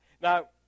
Now